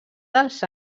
dels